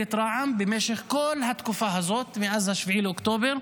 כמפלגת רע"מ, במשך כל התקופה הזאת מאז 7 באוקטובר,